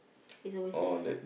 is always there